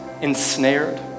ensnared